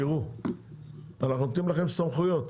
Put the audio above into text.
תראו, אנחנו נותנים לכם סמכויות.